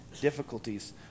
difficulties